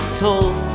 told